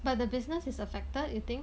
but the business is affected you think